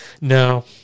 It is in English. No